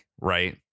right